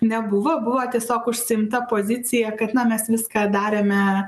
nebuvo buvo tiesiog užsiimta pozicija kad na mes viską darėme